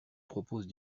propose